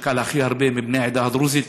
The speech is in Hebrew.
שכל הכי הרבה מבני העדה הדרוזית.